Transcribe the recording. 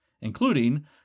including